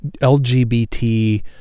lgbt